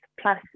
plus